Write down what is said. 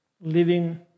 Living